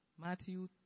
Matthew